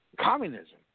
communism